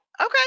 Okay